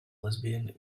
lesbian